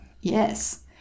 Yes